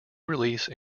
release